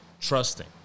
trusting